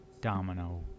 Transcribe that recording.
domino